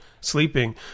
sleeping